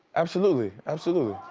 absolutely, absolutely.